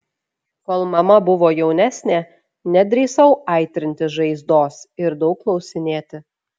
kol mama buvo jaunesnė nedrįsau aitrinti žaizdos ir daug klausinėti